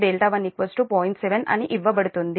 7 అని ఇవ్వబడుతుంది